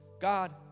God